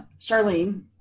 Charlene